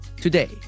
Today